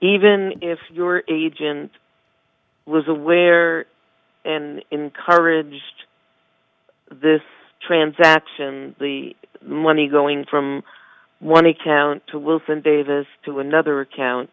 even if your agent was aware and encouraged this transaction the money going from one account to wilson davis to another account